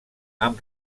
amb